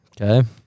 Okay